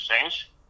change